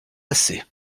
lassé